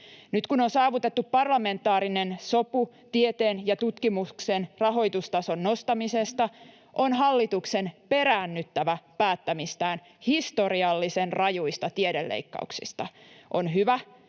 Nyt kun on saavutettu parlamentaarinen sopu tieteen ja tutkimuksen rahoitustason nostamisesta, on hallituksen peräännyttävä päättämistään historiallisen rajuista tiedeleikkauksista. On hyvä,